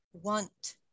want